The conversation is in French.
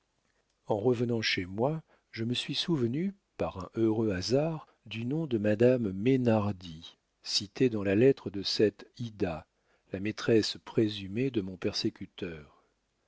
en revenant chez moi je me suis souvenu par un heureux hasard du nom de madame meynardie cité dans la lettre de cette ida la maîtresse présumée de mon persécuteur